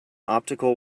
optical